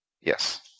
Yes